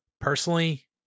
Personally